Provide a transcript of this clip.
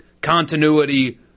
continuity